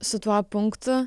su tuo punktu